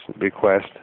request